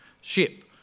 ship